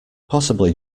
possibly